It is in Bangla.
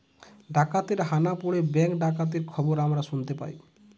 ডাকাতের হানা পড়ে ব্যাঙ্ক ডাকাতির খবর আমরা শুনতে পাই